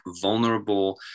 vulnerable